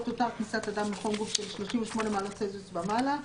לא תותר כניסת אדם עם חום גוף של 38 מעלות צלזיוס ומעלה.